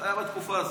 זה היה בתקופה הזאת.